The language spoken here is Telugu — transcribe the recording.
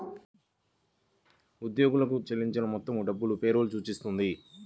ఉద్యోగులకు చెల్లించిన మొత్తం డబ్బును పే రోల్ సూచిస్తుంది